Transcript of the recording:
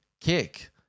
kick